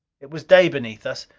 it was day beneath us.